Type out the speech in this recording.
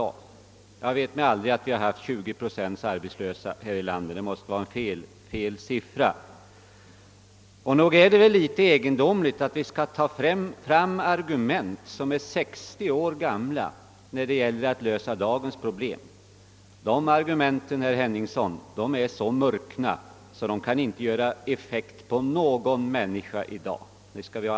Jag känner inte till att vi skulle ha haft en arbetslöshet på 20 procent i vårt land. Det måste vara en felaktig uppgift. Nog är det egendomligt att vi skall dra fram argument som är 60 år gamla när det gäller att lösa dagens problem. Dessa argument, herr Henningsson, är så murkna att de inte kan ha effekt på någon människa i dag.